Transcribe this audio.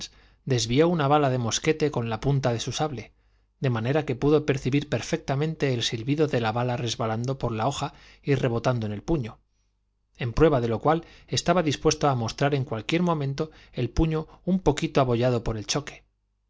desvió una bala de mosquete con la punta de su sable de manera que pudo percibir perfectamente el silbido de la bala resbalando por la hoja y rebotando en el puño en prueba de lo cual estaba dispuesto a mostrar en cualquier momento el puño un poquito abollado por el choque